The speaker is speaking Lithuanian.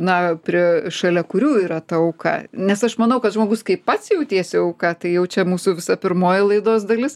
na prie šalia kurių yra ta auka nes aš manau kad žmogus kai pats jautiesi auka tai jau čia mūsų visa pirmoji laidos dalis